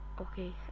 Okay